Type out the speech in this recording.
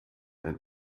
ein